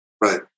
Right